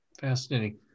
Fascinating